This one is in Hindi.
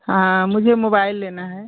हाँ मुझे मोबाईल लेना है